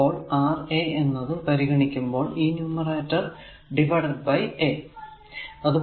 അപ്പോൾ Ra എന്നത് പരിഗണിക്കുമ്പോൾ ഈ ന്യൂമറേറ്റർ ഡിവൈഡഡ് ബൈ a